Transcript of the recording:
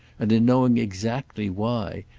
and in knowing exactly why,